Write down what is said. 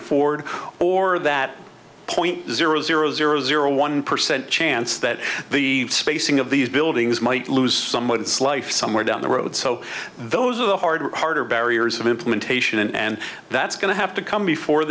afford or that point zero zero zero zero one percent chance that the spacing of these buildings might lose someone its life somewhere down the road so those are the hard harder barriers of implementation and that's going to have to come before